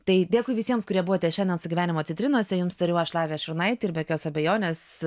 tai dėkui visiems kurie buvote šiandien su gyvenimo citrinose jums tariau aš laive šurnaitė ir be jokios abejonės